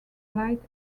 light